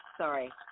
Sorry